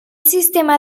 sistema